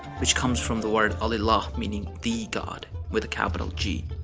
which comes from the word al-illah meaning the god with a capital g.